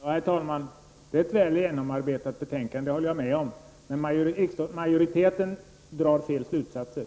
Herr talman! Det är ett väl genomarbetat betänkande det håller jag med om. Men majoriteten drar fel slutsatser.